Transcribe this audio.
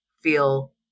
feel